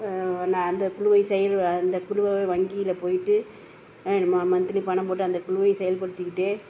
அந்த குழுவை செயல் அந்த குழுவை வங்கியில் போய்ட்டு மன்த்லி பணம் போட்டு அந்த குழுவையும் செயல்படுத்திக்கிட்டே